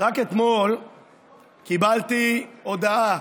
רק אתמול קיבלתי הודעה